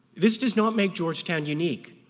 this does not make georgetown unique.